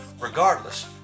Regardless